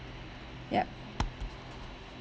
yup